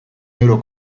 euro